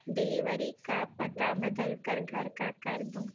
delivery کا پتہ بدل کر گھر کا کر دو